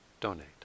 donate